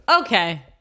okay